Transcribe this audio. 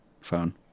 phone